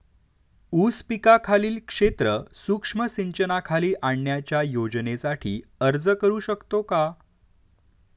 ऊस पिकाखालील क्षेत्र सूक्ष्म सिंचनाखाली आणण्याच्या योजनेसाठी अर्ज करू शकतो का?